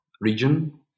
region